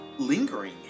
Lingering